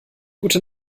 gute